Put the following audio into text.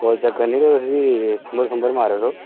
कोई चक्कर निं तुस इसी मारा रो